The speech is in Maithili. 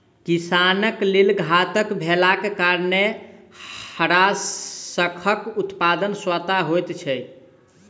किसानक लेल घातक भेलाक कारणेँ हड़ाशंखक उत्पादन स्वतः होइत छै